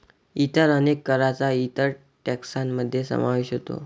इतर अनेक करांचा इतर टेक्सान मध्ये समावेश होतो